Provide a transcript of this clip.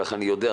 כך אני יודע,